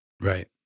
Right